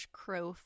crow